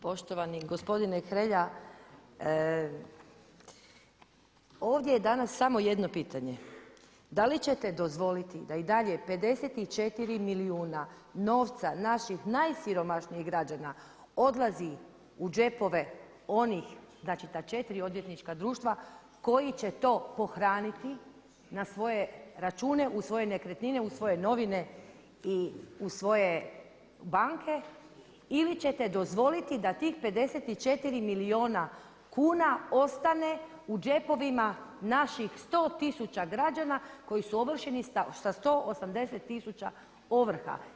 poštovani gospodine Hrelja, ovdje je danas samo jedno pitanje, da li ćete dozvoliti da i dalje 54 milijuna novca naših najsiromašnijih građana odlazi u džepove onih znači da četiri odvjetnička društva koji će to pohraniti na svoje račune u svoje nekretnine u svoje novine i u svoje banke ili ćete dozvoliti da tih 54 milijuna kuna ostane u džepovima naših 100 tisuća građana koji su ovršeni sa 180 tisuća ovrha.